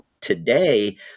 today